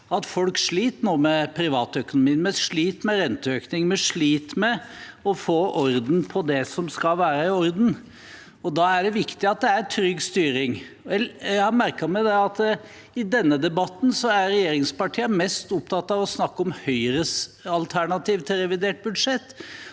at folk sliter med privatøkonomien. Vi sliter med renteøkning, vi sliter med å få orden på det som skal være i orden. Da er det viktig at det er trygg styring. Jeg har merket meg i denne debatten at regjeringspartiene er mest opptatt av å snakke om Høyres alternativ til revidert budsjett.